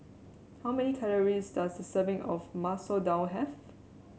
how many calories does a serving of Masoor Dal have